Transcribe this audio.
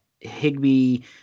Higby